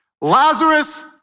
Lazarus